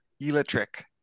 electric